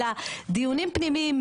אלא דיונים פנימיים,